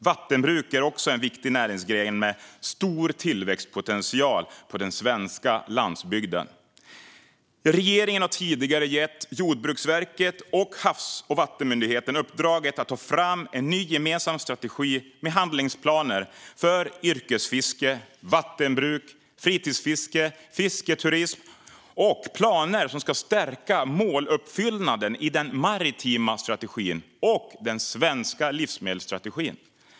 Vattenbruk är också en viktig näringsgren med stor tillväxtpotential på den svenska landsbygden. Regeringen har tidigare gett Jordbruksverket och Havs och vattenmyndigheten uppdraget att ta fram en ny gemensam strategi med handlingsplaner för yrkesfiske, vattenbruk, fritidsfiske, fisketurism och planer som ska stärka måluppfyllelsen i den maritima strategin samt i den svenska livsmedelsstrategin.